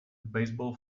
baseball